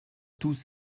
tous